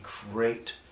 great